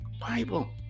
bible